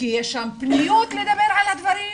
כי יש שם פניות לדבר על הדברים,